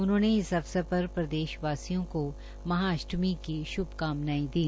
उन्होंने इस अवसर पर प्रदेश वासियों को महाअष्टमी की शुभकामनाएं दी